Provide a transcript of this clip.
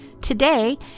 Today